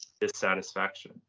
dissatisfaction